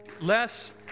less